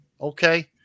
Okay